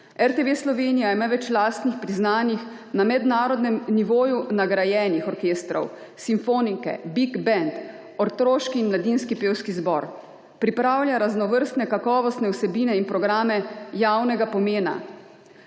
RTV Slovenija ima več lastnih, priznanih, na mednarodnem nivoju nagrajenih orkestrov − simfonike, Big Band, otroški in mladinski pevski zbor. Pripravlja raznovrstne kakovostne vsebine in programe javnega pomena,